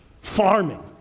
farming